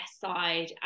side